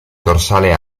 dorsale